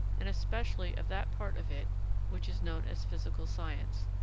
and especially of that part of it which is known as physical science,